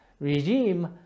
regime